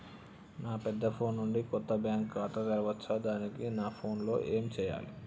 నా పెద్ద ఫోన్ నుండి కొత్త బ్యాంక్ ఖాతా తెరవచ్చా? దానికి నా ఫోన్ లో ఏం చేయాలి?